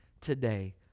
today